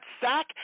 sack